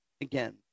again